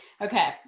Okay